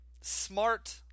smart